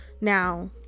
Now